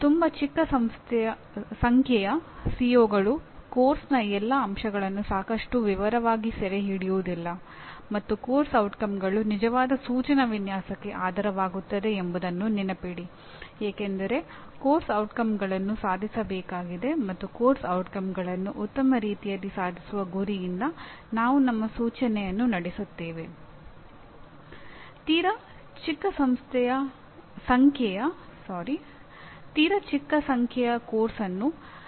ಈ ಇತರ ಅವಶ್ಯಕತೆಗಳನ್ನು ನಾವು ವೃತ್ತಿಪರ ಅವಶ್ಯಕತೆಗಳೆಂದು ವರ್ಗೀಕರಿಸಬಹುದು ಮತ್ತು ಎಂಜಿನಿಯರಿಂಗ್ ವಿಜ್ಞಾನ ಮತ್ತು ತಂತ್ರಜ್ಞಾನದ ಉತ್ತಮ ಜ್ಞಾನವು ಶಿಸ್ತಿನ ಅವಶ್ಯಕತೆಗಳಾಗಿವೆ